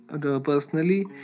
personally